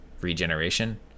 regeneration